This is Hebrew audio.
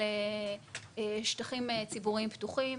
על שטחים ציבוריים פתוחים.